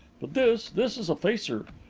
but this this is a facer.